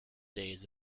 days